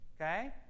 Okay